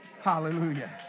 Hallelujah